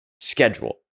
schedule